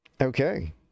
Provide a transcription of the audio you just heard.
Okay